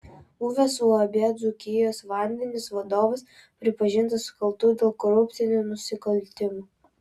buvęs uab dzūkijos vandenys vadovas pripažintas kaltu dėl korupcinių nusikaltimų